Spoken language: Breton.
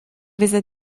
vezañ